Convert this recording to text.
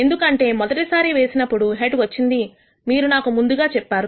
ఎందుకంటే మొదటిసారి వేసినప్పుడు హెడ్ వచ్చిందని మీరు నాకు ముందుగా చెప్పారు